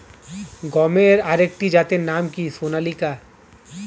গমের আরেকটি জাতের নাম কি সোনালিকা?